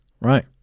Right